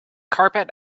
carpet